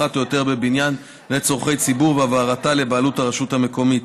אחת או יותר בבניין לצורכי ציבור והעברתה לבעלות הרשות המקומית.